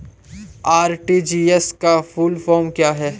RTGS का full form क्या है?